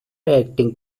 acting